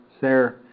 Sarah